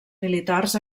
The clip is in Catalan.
militars